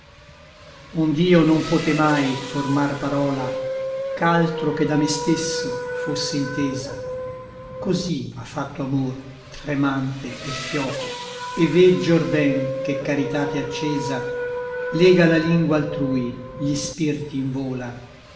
mano ond'io non poté mai formar parola ch'altro che da me stesso fosse intesa cosí m'ha fatto amor tremante et fioco e veggi or ben che caritate accesa lega la lingua altrui gli spirti invola